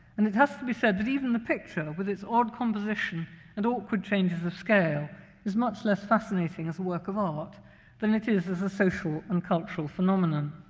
and it has to be said that even the picture, with its odd composition and awkward changes of scale is much less fascinating as a work of art than it is as a social and cultural phenomenon.